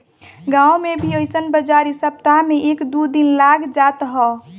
गांव में भी अइसन बाजारी सप्ताह में एक दू दिन लाग जात ह